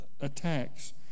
attacks